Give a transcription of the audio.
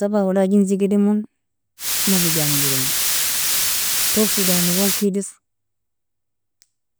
Taban wala jenzi gidermon wala bijama gidermo, tob sudanigon kediro